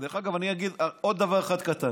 דרך אגב, אני אגיד עוד דבר אחד קטן